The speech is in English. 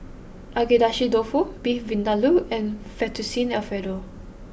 Agedashi Dofu Beef Vindaloo and Fettuccine Alfredo